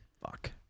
Fuck